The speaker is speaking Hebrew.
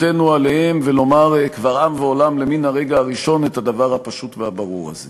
הדבר הברור והפשוט